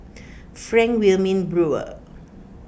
Frank Wilmin Brewer